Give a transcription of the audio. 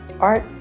art